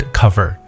cover